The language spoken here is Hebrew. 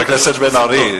חבר הכנסת בן-ארי,